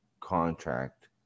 contract